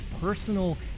personal